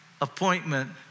appointment